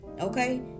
Okay